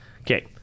Okay